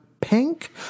pink